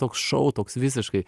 toks šou toks visiškai